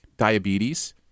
diabetes